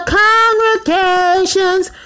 congregation's